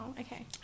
okay